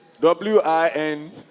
w-i-n